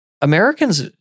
Americans